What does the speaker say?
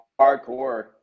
hardcore